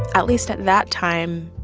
at least at that time,